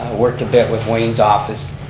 worked a bit with wayne's office,